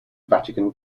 vatican